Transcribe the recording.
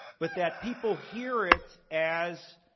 but that people hear it as,